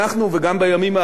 כולל אתמול בלילה,